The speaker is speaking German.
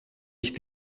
ich